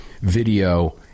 video